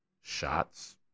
Shots